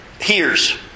hears